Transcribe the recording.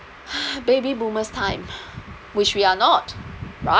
baby boomers time which we are not right